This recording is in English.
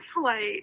flight